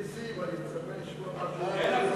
נסים, אני מקווה לשמוע משהו מצחיק.